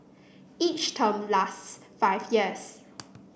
each term lasts five years